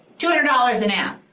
two hundred dollars an app,